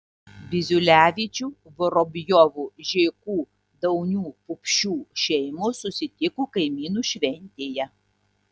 biziulevičių vorobjovų žėkų daunių pupšių šeimos susitiko kaimynų šventėje